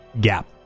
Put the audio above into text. gap